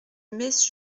meix